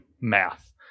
math